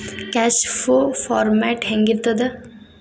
Cash flow format ಹೆಂಗಿರ್ತದ?